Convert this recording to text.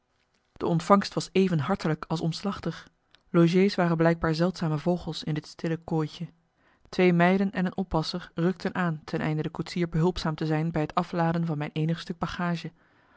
de ontvangst was even hartelijk als omslachtig logé's waren blijkbaar zeldzame vogels in dit stille kooitje twee meiden en een oppasser rukten aan ten einde de koetsier behulpzaam te zijn bij het afladen van mijn eenig stuk bagage